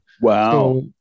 Wow